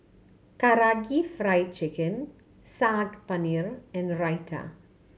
Karaage Fried Chicken Saag Paneer and Raita